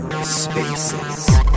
Spaces